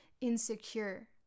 insecure